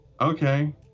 okay